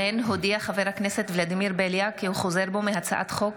חבר הכנסת ולדימיר בליאק הודיע כי הוא חוזר בו מהצעת חוק